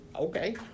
okay